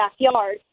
backyard